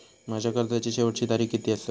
माझ्या कर्जाची शेवटची तारीख किती आसा?